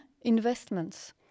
investments